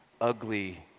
ugly